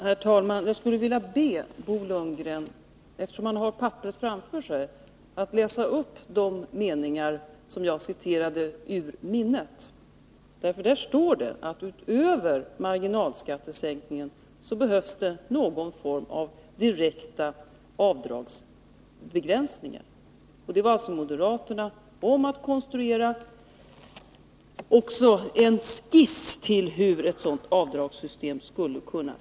Herr talman! Jag skulle vilja be Bo Lundgren att läsa upp de meningar som jagciterade ur minnet. Han har ju det aktuella papperet framför sig. Där står det nämligen att utöver marginalskattesänkningen behövs det någon form av direkta avdragsbegränsningar. Moderaterna var ju med om att konstruera en skiss till hur ett sådant avdragssystem skulle se ut.